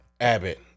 Abbott